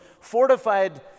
fortified